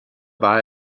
war